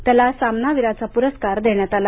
त्याला सामनावीराचा पुरस्कार देण्यात आला